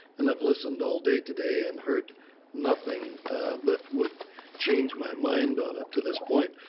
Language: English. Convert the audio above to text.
and i have listened all day today and heard nothing that would change my mind on it to this point.